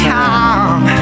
time